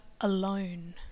alone